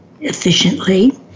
efficiently